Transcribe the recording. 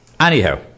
Anyhow